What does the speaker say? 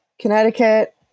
Connecticut